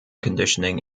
conditioning